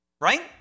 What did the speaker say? right